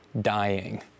dying